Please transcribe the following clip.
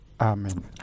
Amen